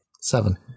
Seven